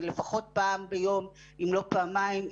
לפחות פעם ביום אם לא פעמיים,